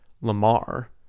Lamar